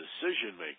decision-making